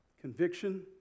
conviction